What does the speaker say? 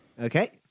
Okay